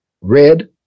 Red